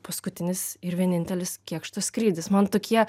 paskutinis ir vienintelis kėkšto skrydis man tokie